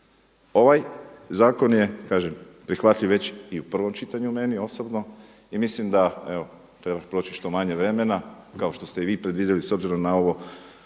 Ovaj zakon kažem je prihvatljiv već u prvom čitanju meni osobno i mislim da treba proći što manje vremena kao što ste i vi predvidjeli s obzirom na ovo